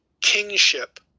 kingship